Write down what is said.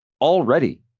already